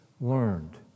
learned